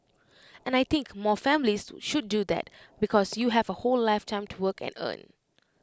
and I think more families should do that because you have A whole lifetime to work and earn